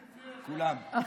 כולם.